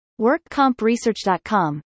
WorkCompResearch.com